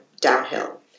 downhill